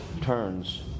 turns